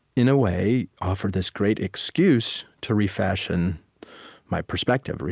in a way, offered this great excuse to refashion my perspective,